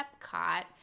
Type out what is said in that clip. Epcot